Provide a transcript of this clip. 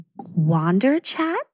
WanderChat